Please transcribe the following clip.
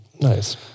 Nice